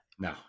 No